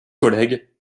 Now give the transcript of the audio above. collègues